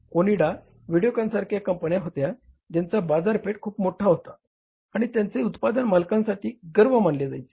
ओनिडा व्हिडिओकॉनसारख्या कंपन्या होत्या ज्यांचा बाजारपेठ खूप मोठा होता आणि त्यांचे उत्पादन मालकासाठी गर्व मानले जात होते